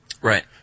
Right